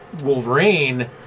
Wolverine